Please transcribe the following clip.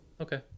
Okay